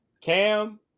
Cam